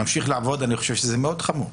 אני חושב שזה מאוד חמור.